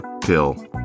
pill